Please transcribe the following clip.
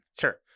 Sure